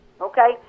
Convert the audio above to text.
okay